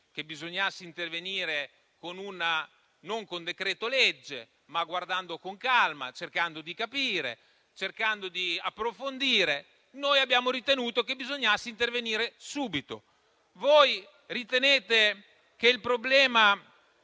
che bisognasse intervenire non con un decreto-legge, ma guardando con calma, cercando di capire e di approfondire. Noi abbiamo ritenuto che bisognasse intervenire subito. Voi ritenete che il problema